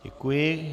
Děkuji.